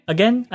Again